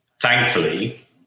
thankfully